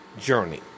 journey